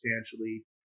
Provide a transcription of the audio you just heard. substantially